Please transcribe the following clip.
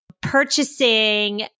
Purchasing